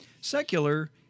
Secular